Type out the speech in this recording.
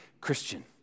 Christian